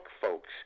folks